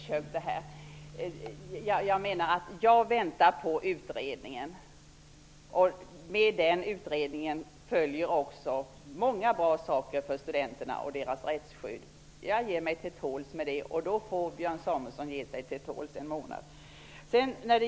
Herr talman! Jag tycker att detta är litet lättköpt. Jag väntar på utredningen. Med utredningen följer många bra saker för studenterna och deras rättsskydd. Jag ger mig till tåls med det, och då får även Björn Samuelson ge sig tåls en månad.